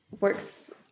works